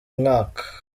umwaka